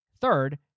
Third